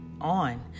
on